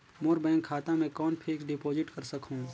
मोर bank खाता मे कौन फिक्स्ड डिपॉजिट कर सकहुं?